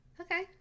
Okay